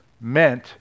meant